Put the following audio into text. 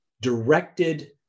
directed